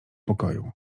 pokoju